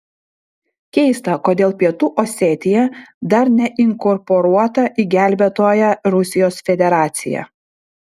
keista kodėl pietų osetija dar neinkorporuota į gelbėtoją rusijos federaciją